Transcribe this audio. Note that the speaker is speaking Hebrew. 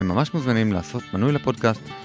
אתם ממש מוזמנים לעשות מנוי לפודקאסט.